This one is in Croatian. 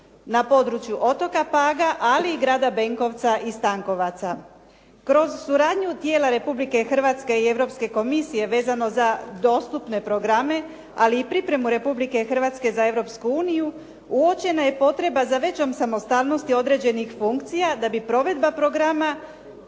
na području otoka Paga ali i grada Bekovca i Stankovaca. Kroz suradnju tijela Republike Hrvatske i Europske komisije vezano za dostupne programe ali i pripremu Republike Hrvatske za Europsku uniju uočena je potreba za većom samostalnosti određenih funkcija da bi provedba programa